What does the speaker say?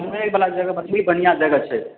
घुमैवला जगह बहुत ही बढ़िआँ जगह छै